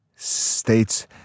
States